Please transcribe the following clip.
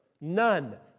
none